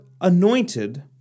anointed